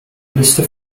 liste